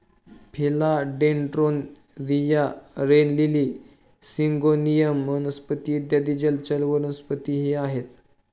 फिला dendron, रिया, rain lily, syngonium वनस्पती इत्यादी जलचर वनस्पतीही आहेत